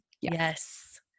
Yes